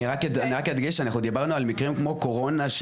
אדגיש שדיברנו על מקרים כמו קורונה,